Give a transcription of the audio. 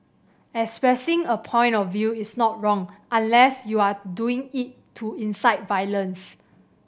expressing a point of view is not wrong unless you're doing it to incite violence